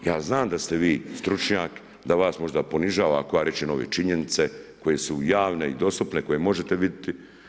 Ja znam da ste vi stručnjak, da vas možda ponižava ako ja rečem ove činjenice koje su javne i dostupne, koje možete vidjeti.